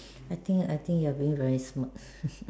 I think I think you are being very smart